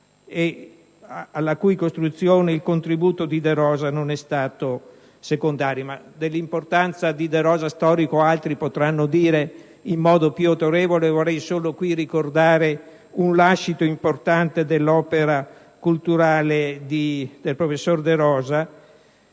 e alla cui costruzione il contributo di De Rosa non è stato secondario. Ma dell'importanza di De Rosa storico altri potranno dire in modo più autorevole; vorrei qui solo ricordare un lascito importante dell'opera culturale del professor De Rosa: